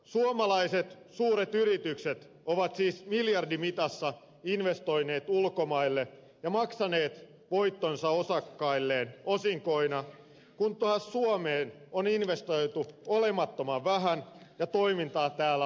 suomalaiset suuret yritykset ovat siis miljardimitassa investoineet ulkomaille ja maksaneet voittonsa osakkailleen osinkoina kun taas suomeen on investoitu olemattoman vähän ja toimintaa täällä on supistettu